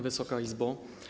Wysoka Izbo!